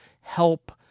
help